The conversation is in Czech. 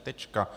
Tečka.